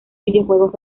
videojuegos